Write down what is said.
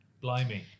blimey